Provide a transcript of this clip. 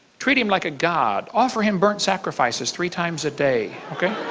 treat him like a god. offer him burnt sacrifices three times a day.